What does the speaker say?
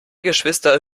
geschwister